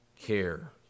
care